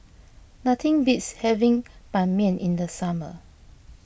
nothing beats having Ban Mian in the summer